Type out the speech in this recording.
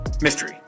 mystery